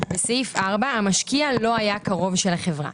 בסעיף 4 המשקיע לא היה קרוב של החברה,